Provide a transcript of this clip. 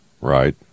Right